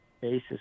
basis